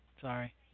Sorry